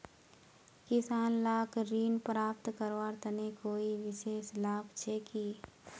किसान लाक ऋण प्राप्त करवार तने कोई विशेष लाभ छे कि?